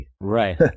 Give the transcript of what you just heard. Right